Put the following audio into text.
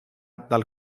dal